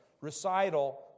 recital